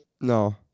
no